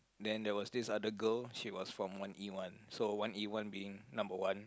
then there was this other girl she was from one E one so one E one being number one